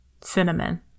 Cinnamon